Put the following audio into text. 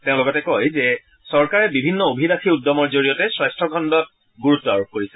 তেওঁ লগতে কয় যে চৰকাৰে বিভিন্ন অভিলাসী উদ্যমৰ জৰিয়তে স্বাস্থ্য খণ্ডত গুৰুত্ব আৰোপ কৰিছে